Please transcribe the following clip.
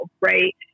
right